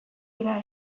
dira